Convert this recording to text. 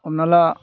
हमना ला